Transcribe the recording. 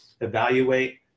evaluate